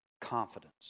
Confidence